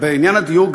בעניין הדיור,